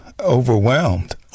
overwhelmed